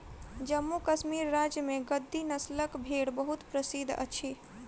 जम्मू कश्मीर राज्य में गद्दी नस्लक भेड़ बहुत प्रसिद्ध अछि